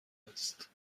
است